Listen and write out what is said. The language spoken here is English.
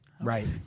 Right